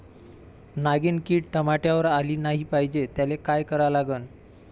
नागिन किड टमाट्यावर आली नाही पाहिजे त्याले काय करा लागन?